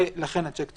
ולכן השיק סורב,